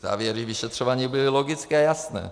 Závěry vyšetřování byly logické a jasné.